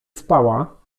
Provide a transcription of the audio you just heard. spała